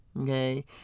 okay